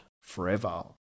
forever